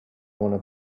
wanna